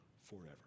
forever